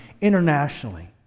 internationally